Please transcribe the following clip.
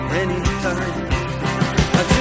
anytime